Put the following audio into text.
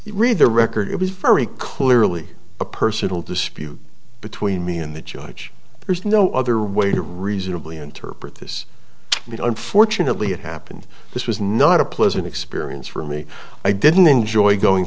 read the record it was very clearly a personal dispute between me and the judge there's no other way to reasonably interpret this unfortunately it happened this was not a pleasant experience for me i didn't enjoy going